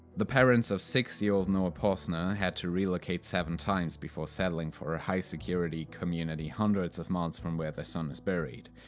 the parents of six year old noah pozner had to relocate seven times before settling for a high-security community hundreds of miles from where their son is buried.